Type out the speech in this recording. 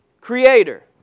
Creator